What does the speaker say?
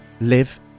live